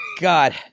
God